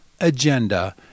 agenda